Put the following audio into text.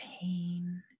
pain